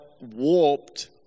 warped